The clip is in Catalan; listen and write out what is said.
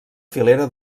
filera